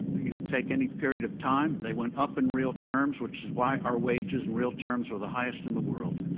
you take any period of time, they went up in real terms, which is why our wages in real terms are the highest in the world.